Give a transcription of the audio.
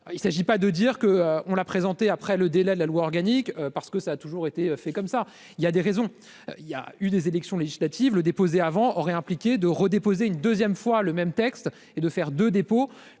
il s'agit pas de dire que, on l'a présenté, après le délai de la loi organique parce que ça a toujours été fait comme ça, il y a des raisons, il y a eu des élections législatives le déposer avant aurait impliqué de redéposer une deuxième fois le même texte et de faire de dépôts